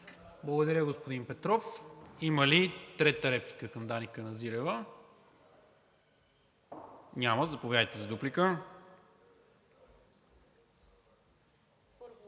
Благодаря, господин Петров. Има ли трета реплика към Дани Каназирева? Няма. Заповядайте за дуплика.